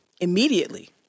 immediately